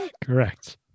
Correct